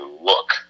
look